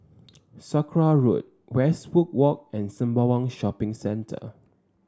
Sakra Road Westwood Walk and Sembawang Shopping Centre